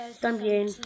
También